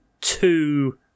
two